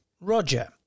Roger